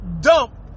dump